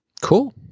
Cool